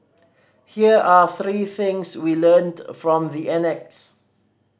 here are three things we learnt from the annex